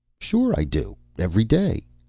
sure i do. every day.